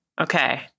Okay